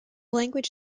language